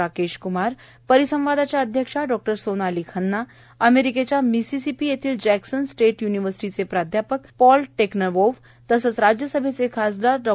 राकेश क्मार परिसंवादाच्या अध्यक्षा डॉक्टर सोनाली खन्ना अमेरिकेच्या मिसिसिपी येथील जॅक्सन स्टेट यूनिवर्सिटीचे प्राध्यापक पॉल टेक्नवोव तसंच राज्यसभेचे खासदार डॉ